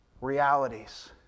Realities